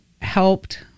helped